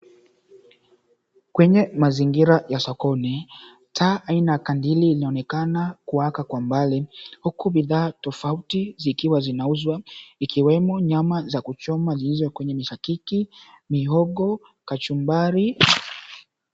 Kwenye mazingira ya sokoni, taa aina ya kandili inaonekana inawaka kwa mbali huku bidhaa tofauti zikiwa zinauswa ikiwemo nyama za kuchoma zilizo kwenye mishakiki mihogo, kachumbari.